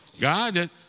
God